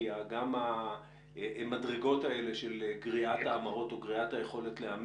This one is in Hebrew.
כי גם המדרגות האלה של גריעת ההמרות ידועות